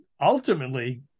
ultimately